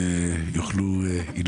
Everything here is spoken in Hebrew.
לנו?